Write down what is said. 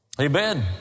Amen